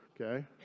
Okay